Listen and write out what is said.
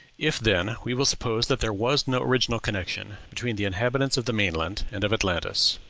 if, then, we will suppose that there was no original connection between the inhabitants of the main-land and of atlantis,